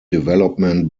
development